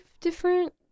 different